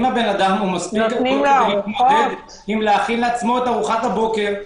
אם האדם יכול להכין לעצמו את ארוחת הבוקר,